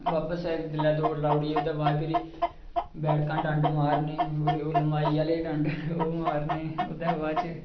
बापस आए जेल्लै दौड़ लाई ओड़ी ओह्दे बाद च फिर बैठकां डंड मारने ओह् लम्बाई आह्ले डंड ओह् मारने ओह्दे बाद च